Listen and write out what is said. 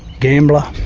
gambler.